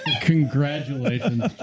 Congratulations